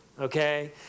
okay